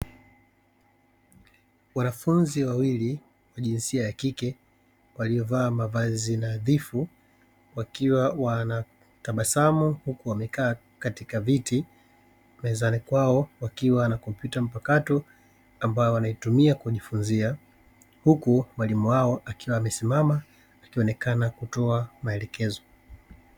Wanafunzi wawili wa jinsia ya kike waliovaa mavazi nadhifu wakiwa wanatabasamu huku wamekaa katika viti, mezani kwao wakiwa na kompyuta mpakato ambayo wanaitumia kujifunzia, huku mwalimu wao akiwa amesimama akionekana kutoa maelekezo.